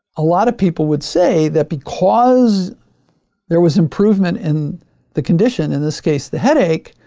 a lot of people would say that, because there was improvement in the condition, in this case, the headache.